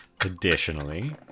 Additionally